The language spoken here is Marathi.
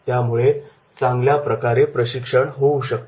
त्यामुळे चांगल्या प्रकारे प्रशिक्षण होऊ शकते